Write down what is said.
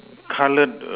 colored err